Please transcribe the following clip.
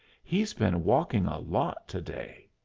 he's been walkin' a lot to-day.